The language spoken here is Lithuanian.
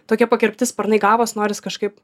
tokie pakirpti sparnai gavos noris kažkaip